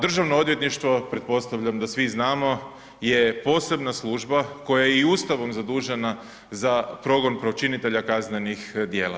Državno odvjetništvo pretpostavljam da svi znamo je posebna služba koja je i Ustavom zadužena za progon počinitelja kaznenih djela.